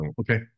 Okay